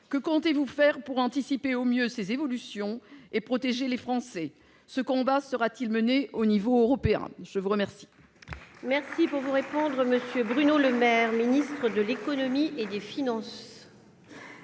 que comptez-vous faire pour anticiper au mieux ces évolutions et protéger les Français ? Ce combat sera-t-il mené au niveau européen ? La parole